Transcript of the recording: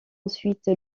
ensuite